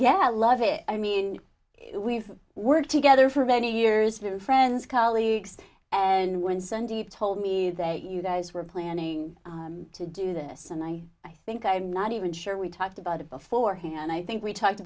yeah i love it i mean we've worked together for many years been friends colleagues and one sunday told me that you guys were planning to do this and i i think i'm not even sure we talked about it beforehand i think we talked